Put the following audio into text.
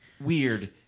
Weird